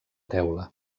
teula